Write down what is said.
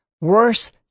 worse